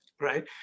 right